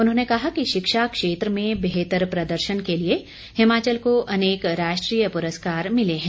उन्होंने कहा कि शिक्षा क्षेत्र में बेहतर प्रदर्शन के लिए हिमाचल को अनेक राष्ट्रीय पुरस्कार मिले हैं